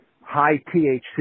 high-THC